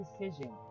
decision